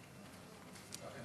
צחי,